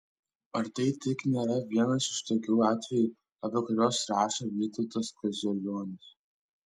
ar tai tik nėra vienas iš tokių atvejų apie kuriuos rašo vytautas kaziulionis